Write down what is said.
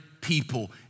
people